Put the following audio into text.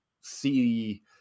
see